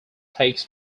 takes